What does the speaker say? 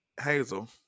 Hazel